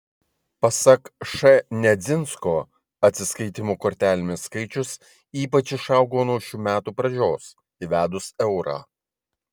pasak š nedzinsko atsiskaitymų kortelėmis skaičius ypač išaugo nuo šių metų pradžios įvedus eurą